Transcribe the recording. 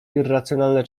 irracjonalne